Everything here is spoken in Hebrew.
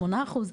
שמונה אחוז,